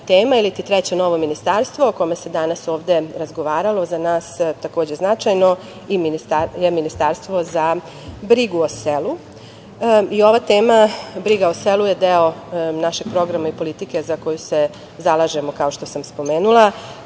treće novo ministarstvo o kome se danas ovde razgovaralo, za nas takođe značajno, je ministarstvo za brigu o selu. Ova tema, briga o selu, je deo našeg programa i politike za koju se zalažemo, kao što sam spomenula.